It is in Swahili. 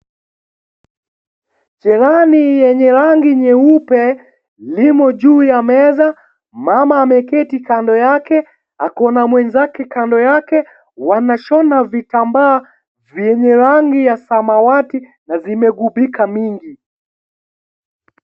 Cherehani yenye rangi nyeupe limo juu ya meza. Mama ameketi kando yake. Ako na mwenzake kando yake. Wanashona vitambaa vyenye rangi ya samawati na zimegubika mingi.